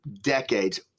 decades